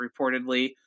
reportedly